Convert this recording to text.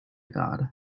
god